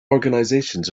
organisations